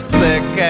thick